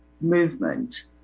movement